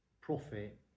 profit